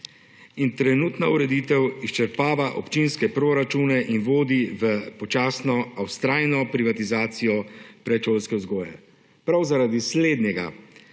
In trenutna ureditev izčrpava občinske proračune in vodi v počasno, a vztrajno privatizacijo predšolske vzgoje. Prav zaradi slednjega